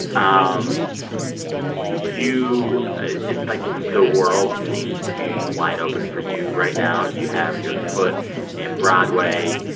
um you like, the world seems to be wide open for you right now. you have your foot in broadway.